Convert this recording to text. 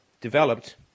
developed